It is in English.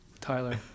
Tyler